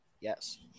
yes